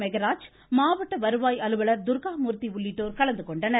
மெகராஜ் மாவட்ட வருவாய் அலுவலர் துர்காமூர்த்தி உள்ளிட்டோர் கலந்துகொண்டனர்